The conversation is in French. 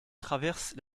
traverse